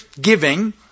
giving